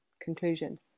conclusion